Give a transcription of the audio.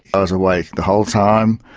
i was awake the whole time,